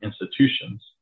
institutions